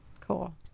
Cool